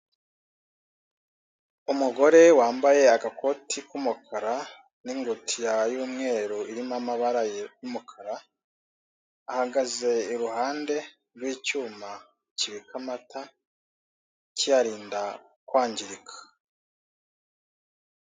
Umugore wambaye agakoti k'umukara n'ingutiya y'umweru irimo amabara y'umukara ahagaze iruhande rw'icyuma kibika amata kiyarinda kwangirika.